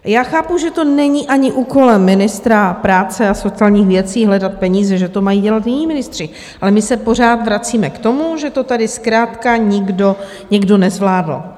Já chápu, že to není ani úkolem ministra práce a sociálních věcí hledat peníze, že to mají dělat jiní ministři, ale my se pořád vracíme k tomu, že to tady zkrátka nikdo, někdo nezvládl.